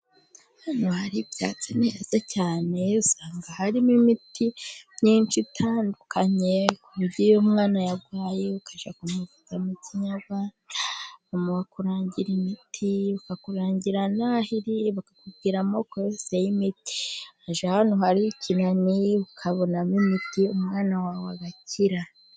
Hano hari ibyatsi bimeze neza cyane, usanga harimo imiti myinshi itandukanye, ku buryo iyo umwana yarwaye ukajya kumuvuza mu kinyarwanda, bakakurangira imiti, bakakurangira n'aho iri, bakakubwira amoko yose y'imiti, wajya ahantu hari ikinani, ukabonamo imiti umwana wawe agakira.